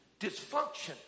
dysfunction